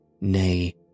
Nay